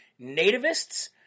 nativists